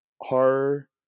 horror